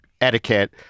etiquette